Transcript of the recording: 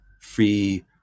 free